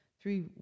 three